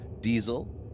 diesel